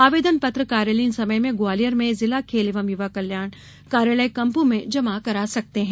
आवेदन पत्र कार्यालयीन समय में ग्वालियर में जिला खेल एवं युवा कल्याण कार्यालय कम्पू में जमा कर सकते हैं